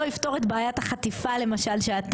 לא יפתור את בעיית החטיפה למשל,